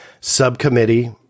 subcommittee –